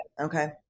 Okay